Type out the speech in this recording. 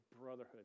brotherhood